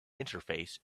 interface